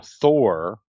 Thor